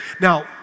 Now